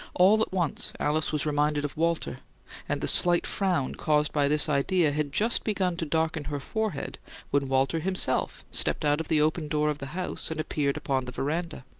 all at once alice was reminded of walter and the slight frown caused by this idea had just begun to darken her forehead when walter himself stepped out of the open door of the house and appeared upon the veranda.